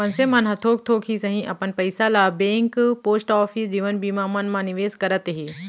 मनसे मन ह थोक थोक ही सही अपन पइसा ल बेंक, पोस्ट ऑफिस, जीवन बीमा मन म निवेस करत हे